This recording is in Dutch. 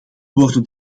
worden